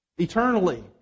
Eternally